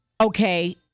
okay